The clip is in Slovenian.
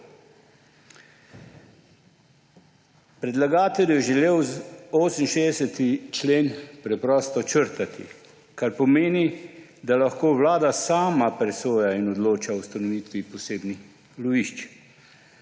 Predlagatelj je želel 68. člen preprosto črtati, kar pomeni, da lahko vlada sama presoja in odloča o ustanovitvi posebnih lovišč.